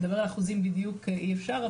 לדבר על אחוזים בדיוק אי אפשר,